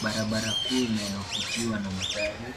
Barabara kuu inayopitiwa na magari,